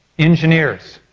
engineers.